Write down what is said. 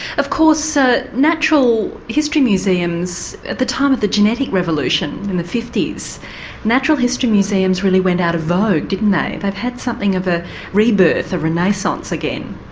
of course ah natural history museums at the time of the genetic revolution in the fifty s natural history museums really went out of vogue, didn't they? they've had something of a rebirth, a renaissance again.